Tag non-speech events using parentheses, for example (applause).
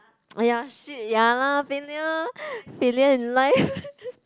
(noise) !aiya! shit ya lah failure failure in life (laughs)